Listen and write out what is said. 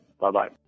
Bye-bye